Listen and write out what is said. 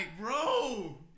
bro